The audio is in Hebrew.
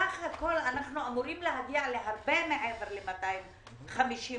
בסך הכול אנחנו אמורים להגיע להרבה מעבר ל-250 מיליון,